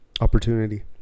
opportunity